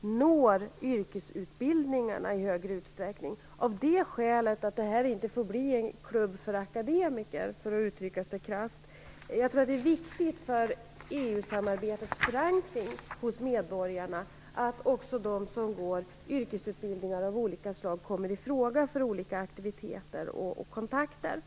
når yrkesutbildningarna i större utsträckning av det skälet att det inte får bli en klubb för akademiker, för att uttrycka sig krasst. Jag tror att det är viktigt för EU-samarbetets förankring hos medborgarna att också de som går yrkesutbildningar av olika slag kommer i fråga för olika aktiviteter och kontakter.